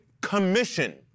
commission